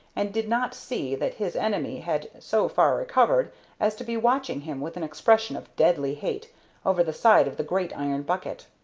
and did not see that his enemy had so far recovered as to be watching him with an expression of deadly hate over the side of the great iron bucket.